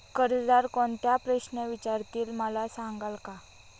कर्जदार कोणते प्रश्न विचारतील, मला सांगाल का?